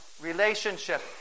relationship